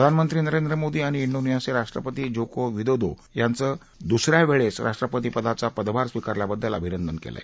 प्रधानमंत्री नरेंद्र मोदी यांनी डोनेशीयाचे राष्ट्रपती जोको विदोदो यांचं दुस या वेळेस राष्ट्रपती पदाचा पदभार स्वीकारल्या बद्दल अभिनंदन केलं आहे